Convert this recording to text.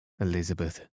Elizabeth